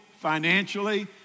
financially